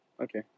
okay